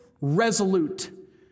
resolute